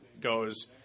goes